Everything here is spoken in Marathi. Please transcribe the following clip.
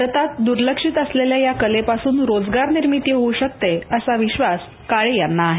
भारतात दूर्लक्षित असलेल्या या कलेपासून रोजगारनिर्मिती होउ शकते असा विश्वास काळे यांना आहे